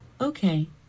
Okay